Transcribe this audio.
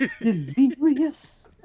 Delirious